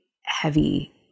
heavy